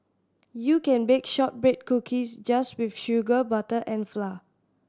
you can bake shortbread cookies just with sugar butter and flour